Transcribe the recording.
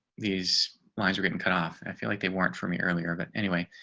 these lines are getting cut off. i feel like they weren't for me earlier but anyway.